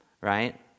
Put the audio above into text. right